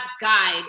guide